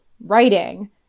writing